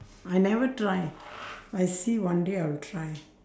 I never try I see one day I will try